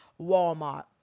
Walmart